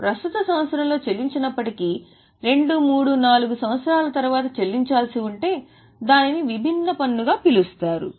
ప్రస్తుత సంవత్సరంలో చెల్లించనప్పటికీ 2 3 4 సంవత్సరాల తరువాత చెల్లించాల్సి ఉంటే దానిని విభిన్న పన్నుగా పిలుస్తారు